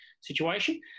situation